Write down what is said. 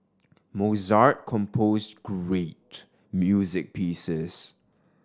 Mozart composed great music pieces